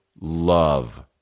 love